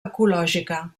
ecològica